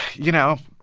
you know,